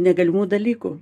negalimų dalykų